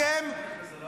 ממש לא.